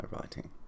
writing